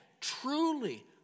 truly